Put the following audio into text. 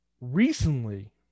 recently